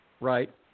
right